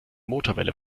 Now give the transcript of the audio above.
motorwelle